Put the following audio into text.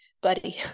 buddy